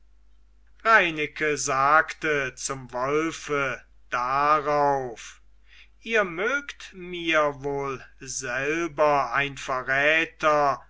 reineke sagte zum wolfe darauf ihr mögt mir wohl selber ein verräter